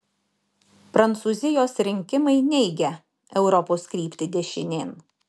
prancūzijos rinkimai neigia europos kryptį dešinėn